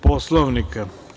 Poslovnika?